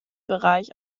bereich